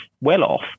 well-off